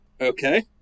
Okay